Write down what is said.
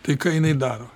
tai ką jinai daro